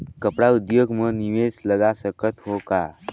कपड़ा उद्योग म निवेश लगा सकत हो का?